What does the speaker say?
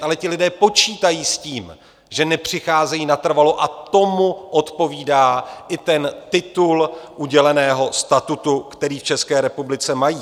Ale ti lidé počítají s tím, že nepřicházejí natrvalo, a tomu odpovídá i ten titul uděleného statutu, který v České republice mají.